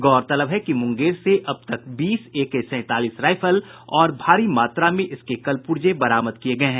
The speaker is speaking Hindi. गौरतलब है कि मुंगेर से अब तक बीस एके सैंतालीस रायफल और भारी मात्रा में इसके कल पूर्जे बरामद किये गये हैं